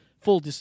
full